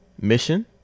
mission